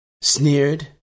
sneered